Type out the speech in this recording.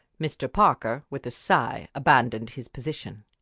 mr. parker, with a sigh, abandoned his position.